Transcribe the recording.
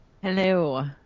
hello